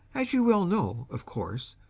as you well know, of course,